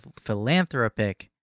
philanthropic